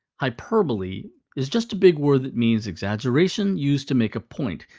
hyperbole is just a big word that means exaggeration used to make a point,